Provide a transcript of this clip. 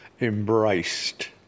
embraced